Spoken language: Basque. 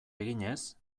eginez